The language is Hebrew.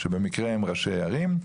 שבמקרה הם ראשי הערים,